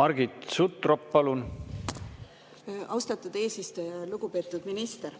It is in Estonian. Margit Sutrop, palun! Austatud eesistuja! Lugupeetud minister!